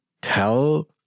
tell